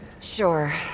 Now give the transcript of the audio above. Sure